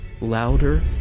louder